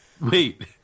Wait